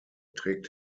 trägt